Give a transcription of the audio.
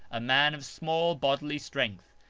a man of small bodily strength,